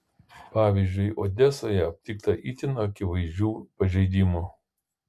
pavyzdžiui odesoje aptikta itin akivaizdžių pažeidimų